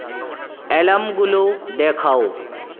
অ্যালার্মগুলো দেখাও